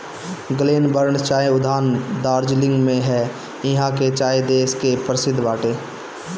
Glenburn चाय उद्यान दार्जलिंग में हअ इहा के चाय देश के परशिद्ध बाटे